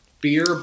Beer